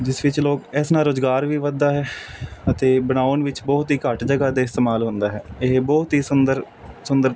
ਜਿਸ ਵਿੱਚ ਲੋਕ ਇਸ ਨਾਲ ਰੁਜ਼ਗਾਰ ਵੀ ਵਧਦਾ ਹੈ ਅਤੇ ਬਣਾਉਣ ਵਿੱਚ ਬਹੁਤ ਹੀ ਘੱਟ ਜਗ੍ਹਾ ਦਾ ਇਸਤੇਮਾਲ ਹੁੰਦਾ ਹੈ ਇਹ ਬਹੁਤ ਹੀ ਸੁੰਦਰ ਸੁੰਦਰ